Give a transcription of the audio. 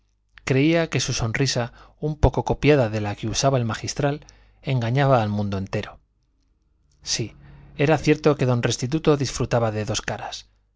creía que su sonrisa un poco copiada de la que usaba el magistral engañaba al mundo entero sí era cierto que don restituto disfrutaba de dos caras